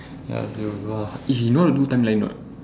ya eh you know how to do timeline or not